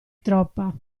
troppa